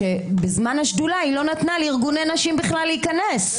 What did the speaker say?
ובזמן שהשדולה התכנסה היא לא נתנה לארגוני נשים בכלל להיכנס.